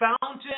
fountain